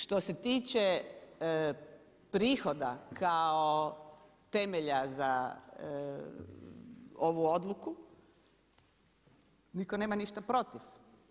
Što se tiče prihoda kao temelja za ovu odluku nitko nema ništa protiv.